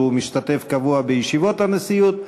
הוא משתתף קבוע בישיבות הנשיאות.